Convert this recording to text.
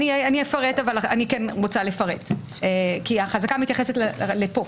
אני כן רוצה לפרט כי החזקה מתייחסת לכאן.